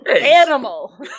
Animal